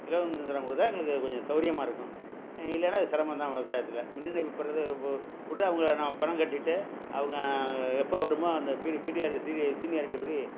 இலவச மின்சாரம் கொடுத்தா எங்களுக்கு கொஞ்சம் சௌகரியமா இருக்கும் இல்லைனால் சிரமந்தான் விவசாயத்தில் மின் இணைப்பு போடுறது கூ கூட அவங்க பணம் கட்டிட்டு அவங்க எப்போ வருமோ அந்த பிரி பிரியார் சீரி அந்த சீனியாரிட்டிபடி